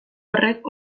horrek